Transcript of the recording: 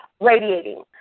radiating